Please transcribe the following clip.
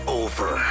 over